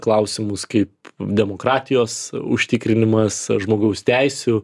klausimus kaip demokratijos užtikrinimas žmogaus teisių